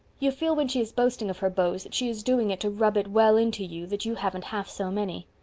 you feel, when she is boasting of her beaux that she is doing it to rub it well into you that you haven't half so many.